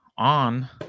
On